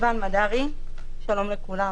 שלום לכולם.